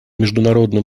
международным